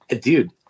dude